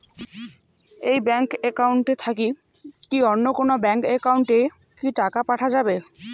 এই bank account থাকি কি অন্য কোনো ব্যাংক একাউন্ট এ কি টাকা পাঠা যাবে?